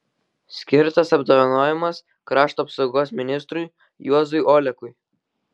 skirtas apdovanojimas krašto apsaugos ministrui juozui olekui